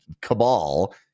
cabal